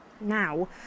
now